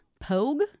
POGUE